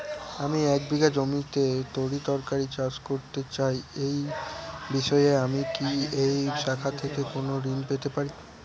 আমি এক বিঘা জমিতে তরিতরকারি চাষ করতে চাই এই বিষয়ে আমি কি এই শাখা থেকে কোন ঋণ পেতে পারি?